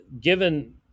given